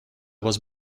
was